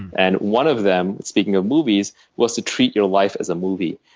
and one of them, speaking of movies, was to treat your life as a movie.